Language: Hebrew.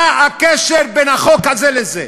מה הקשר בין החוק הזה לזה?